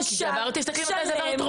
תסתכלי מתי זה עבר,